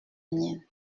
mienne